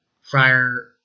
Friar